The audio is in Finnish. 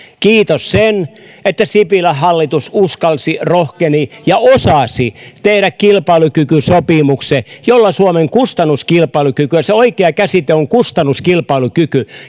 kiitos sen että sipilän hallitus uskalsi rohkeni ja osasi tehdä kilpailukykysopimuksen jolla nimenomaan suomen kustannuskilpailukykyä se oikea käsite on kustannuskilpailukyky